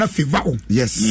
Yes